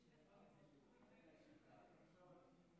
אז שימשוך אותה.